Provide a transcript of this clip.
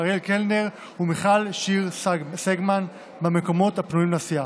אריאל קלנר ומיכל שיר סגמן במקומות הפנויים לסיעה.